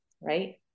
right